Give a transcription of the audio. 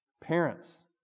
Parents